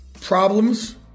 problems